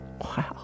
Wow